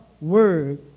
word